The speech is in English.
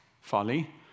folly